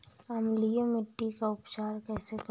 अम्लीय मिट्टी का उपचार कैसे करूँ?